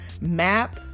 map